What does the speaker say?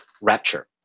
Rapture